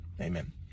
Amen